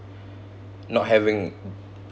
not having